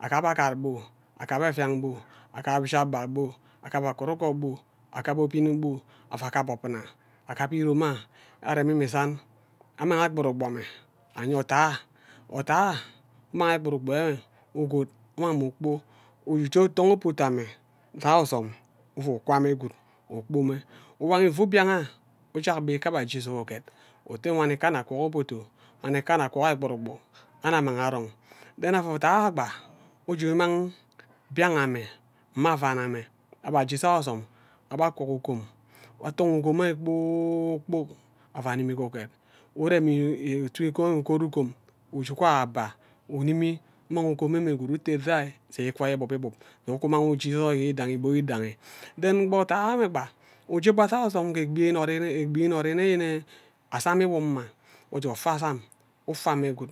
Akab agad gbu akab evian gbu akab shi agba gbu akab onoro kpo gbu akab obin gbu ava akab obuna atha akab iroma aremi mme isan amma agburu gbu amme anye oda ah othai ummang egburu gbu enwe ugod umang mme ukpor uje utongo obodor amme zangie ozom uvu ukwa mme gwud uvu ukpor mme uwan isab mbian ujak mbe kejaga aje jakye uget ate wani ikan agwok obudo wani ikana akwok egburu gbu anna ammang arong amme othai ayo gba uvu mmang mbian amme mma avan ame abhe oje jak ozom abhe akwok ugom abhe ation ugom mme kpor kpok ava animi ghe uget ugom uje ukwai aba inimi umang ugom amme gwud utem jai se ikwa ibub ibub uje umang ugiro aye igbon idangi then kpa odai ayo gba uje mba jaghe ozom ke egbi inori nne yene azam inik mma uje ufe azam ufa mme gwud